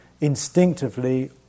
instinctively